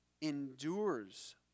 endures